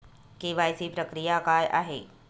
KYC प्रक्रिया काय आहे?